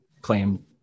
claim